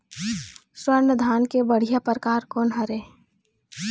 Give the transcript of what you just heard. स्वर्णा धान के बढ़िया परकार कोन हर ये?